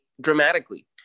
dramatically